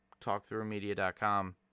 TalkThroughMedia.com